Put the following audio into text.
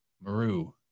Maru